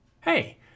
Hey